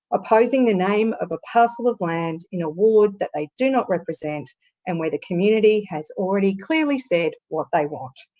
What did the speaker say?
opposing the name of a parcel of land in a ward that they do not represent and where the community has already clearly said what they want.